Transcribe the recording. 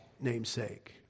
namesake